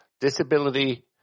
Disability